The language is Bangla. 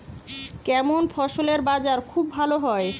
কেমন ফসলের বাজার খুব ভালো হয়?